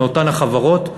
מאותן החברות,